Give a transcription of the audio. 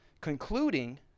concluding